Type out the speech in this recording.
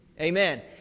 amen